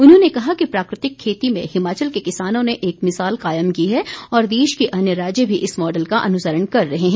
उन्होंने कहा कि प्राकृतिक खेती में हिमाचल के किसानों ने एक मिसाल कायम की है और देश के अन्य राज्य भी इस मॉडल का अनुसरण कर रहे हैं